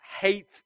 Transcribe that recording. hate